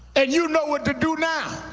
and you know what to do now.